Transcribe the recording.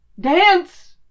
Dance